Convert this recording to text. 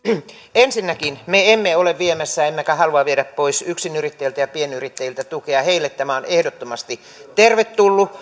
ensinnäkin me emme ole viemässä emmekä halua viedä pois yksinyrittäjiltä ja pienyrittäjiltä tukea heille tämä on ehdottomasti tervetullut